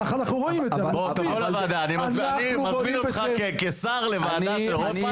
אני מזמין אותך כשר לבוא לדיון בוועדה של רוטמן,